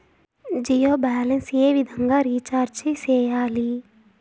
Jio balance ఏ విధంగా recharge సేయాలి?